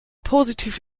positiv